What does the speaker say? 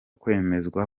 kwemezwa